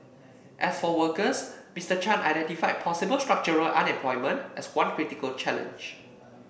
as for workers Mister Chan identified possible structural unemployment as one critical challenge